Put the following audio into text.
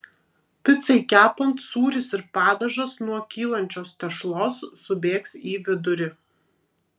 picai kepant sūris ir padažas nuo kylančios tešlos subėgs į vidurį